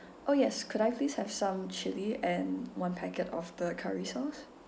oh yes could I please have some chilli and one packet of the curry sauce